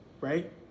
right